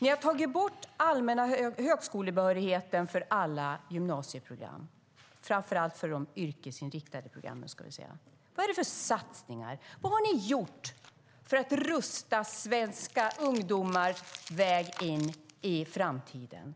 Ni har tagit bort den allmänna högskolebehörigheten för alla gymnasieprogram, framför allt för de yrkesinriktade programmen. Vad är det för satsningar? Vad har ni gjort för att rusta svenska ungdomar för vägen in i framtiden?